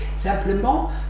Simplement